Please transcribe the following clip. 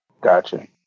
Gotcha